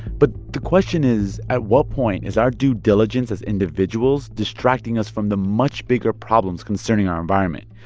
but the question is, at what point is our due diligence as individuals distracting us from the much bigger problems concerning our environment?